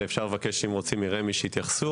ואפשר לבקש מרמ"י שיתייחסו,